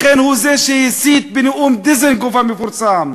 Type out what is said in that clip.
לכן הוא זה שהסית בנאום דיזנגוף המפורסם.